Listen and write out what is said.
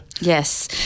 Yes